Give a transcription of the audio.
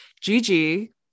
Gigi